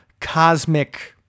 cosmic